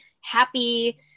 happy